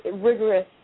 rigorous